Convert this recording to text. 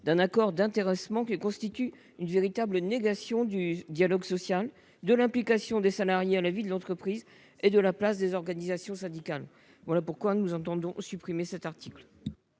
d'un accord d'intéressement constitue une véritable négation du dialogue social, de l'implication des salariés dans la vie de l'entreprise et du rôle des organisations syndicales. Voilà pourquoi nous entendons supprimer cet article.